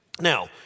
Now